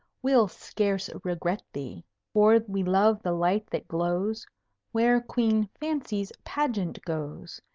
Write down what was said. we'll scarce regret thee for we love the light that glows where queen fancy's pageant goes,